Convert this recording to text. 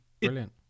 Brilliant